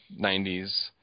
90s